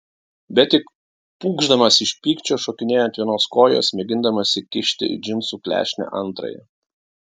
bet tik pūkšdamas iš pykčio šokinėjo ant vienos kojos mėgindamas įkišti į džinsų klešnę antrąją